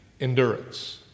Endurance